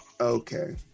Okay